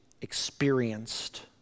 experienced